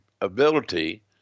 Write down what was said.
ability